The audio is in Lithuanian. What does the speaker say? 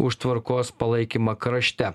už tvarkos palaikymą krašte